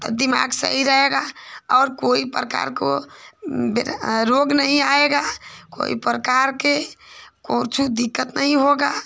तब दिमाग सही रहेगा और कोई प्रकार का रोग नहीं आएगा कोई प्रकार का कुछ दिक्कत नहीं होगी